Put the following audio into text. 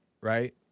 right